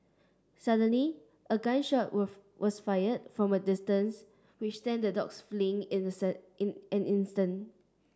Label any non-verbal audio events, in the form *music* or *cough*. suddenly a gun shot *unintelligible* was fired from a distance which sent the dogs fleeing *unintelligible* in an instant